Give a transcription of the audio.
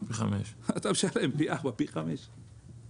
אתה משלם פי ארבעה ופי חמישה.